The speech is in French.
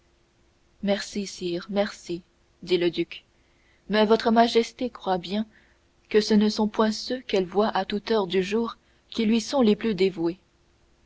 sire merci dit le duc mais que votre majesté croie bien que ce ne sont pas ceux je ne dis point cela pour m de tréville que ce ne sont point ceux qu'elle voit à toute heure du jour qui lui sont le plus dévoués